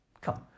Come